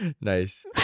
Nice